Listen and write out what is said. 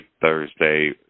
Thursday